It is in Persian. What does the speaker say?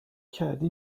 کردی